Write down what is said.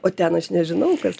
o ten aš nežinau kas